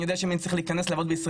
אני יודע שאם אני צריך לעבוד בישראל,